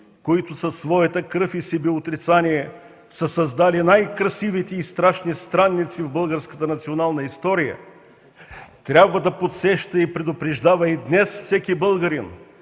които със своята кръв и себеотрицание са създали най-красивите и страшни страници в българската национална история, трябва да подсеща и предупреждава и днес всеки българин,